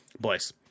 boys